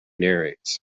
narrates